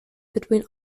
between